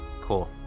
Cool